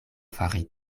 fari